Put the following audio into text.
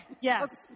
Yes